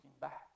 back